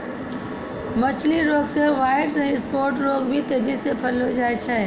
मछली रोग मे ह्वाइट स्फोट रोग भी तेजी से फैली जाय छै